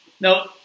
Now